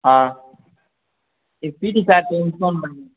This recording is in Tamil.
ஆ நீ பிடி சார் கிட்ட இன்ஃபார்ம் பண்ணு